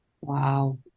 Wow